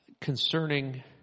concerning